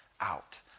out